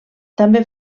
també